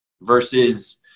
versus